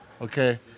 okay